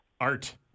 Art